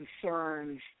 concerns